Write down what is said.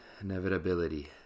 inevitability